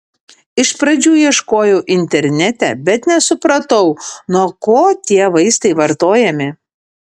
iš pradžių ieškojau internete bet nesupratau nuo ko tie vaistai vartojami